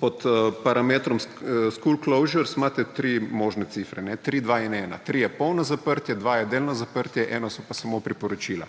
Pod parametrom School Closures imate tri možne cifre, 3, 2, 1. 3 je polno zaprtje, 2 je delno zaprtje 1 so pa samo priporočila.